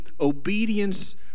obedience